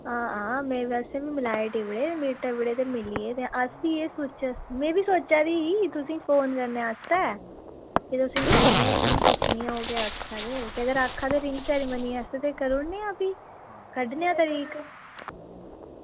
हां हां में वैसे बी मलाए टिबड़े टिबड़े ते मिली गे अस बी एह् सोचा दी में बी सोचा दी ही तुसेंगी फोन करने आस्तै ते तुसेंगी करनी आं फोन ते पुच्छनी आं ओह् ते आक्खा दे ते अगर आक्खै दे रिंग सेरेमनी आस्तै ते करी ओड़ने आं फ्ही कड्ढने आं तरीक